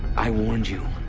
i warned you.